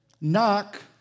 Knock